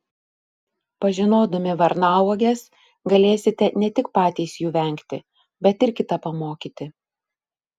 pažinodami varnauoges galėsite ne tik patys jų vengti bet ir kitą pamokyti